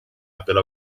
apple